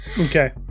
okay